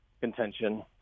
contention